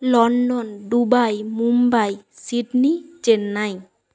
London Dubai Mumbai Sydney Chennai